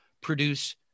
produce